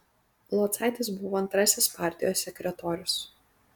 locaitis buvo antrasis partijos sekretorius